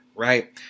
Right